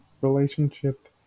relationship